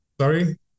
Sorry